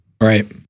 right